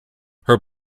her